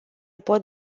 pot